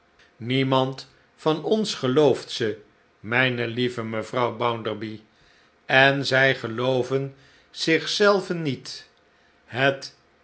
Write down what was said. niemand van ons gelooft ze mijne lieve mevrouw bounderby en zij gelooven zich zelven slechte tijden met het